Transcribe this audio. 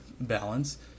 balance